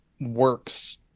works